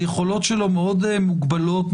שהיכולות שלו מאוד מוגבלות,